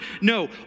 No